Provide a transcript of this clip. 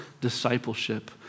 discipleship